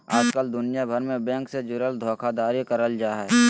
आजकल दुनिया भर मे बैंक से जुड़ल धोखाधड़ी करल जा हय